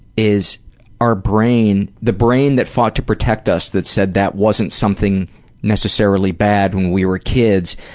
is our brain the brain that fought to protect us that said that wasn't something necessarily bad when we were kids,